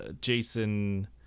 Jason